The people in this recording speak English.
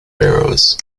barrows